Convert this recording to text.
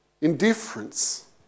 indifference